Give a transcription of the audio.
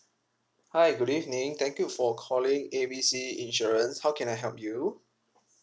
hi good evening thank you for calling A B C insurance how can I help you